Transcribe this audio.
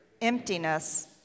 emptiness